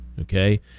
Okay